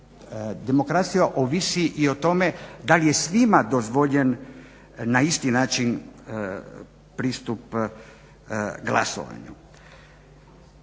Demokracija ovisi i o tome da li je svima dozvoljen na isti način pristup glasovanju.